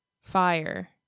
fire